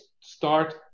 start